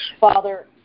Father